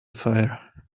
fire